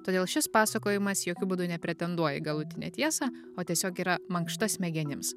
todėl šis pasakojimas jokiu būdu nepretenduoja į galutinę tiesą o tiesiog yra mankšta smegenims